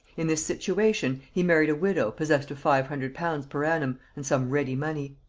in this situation he married a widow possessed of five hundred pounds per annum and some ready money.